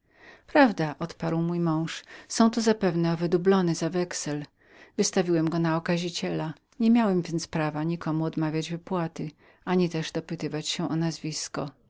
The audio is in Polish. prawda odparł mój mąż są to zapewne owe dublony za wexel wystawiłem go na okaziciela niemiałem więc prawa odmawiać wypłaty ani też dopytywać się o nazwisko